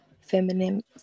feminine